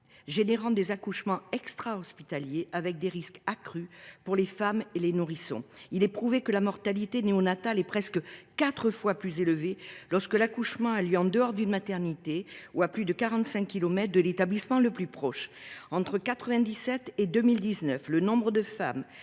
entraîne des accouchements extrahospitaliers et des risques accrus pour les femmes et les nourrissons. Il est prouvé que la mortalité néonatale est presque quatre fois plus élevée lorsque l’accouchement a lieu en dehors d’une maternité ou à plus de quarante cinq kilomètres de l’établissement le plus proche. Entre 1997 et 2019, le nombre de femmes